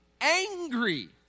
Angry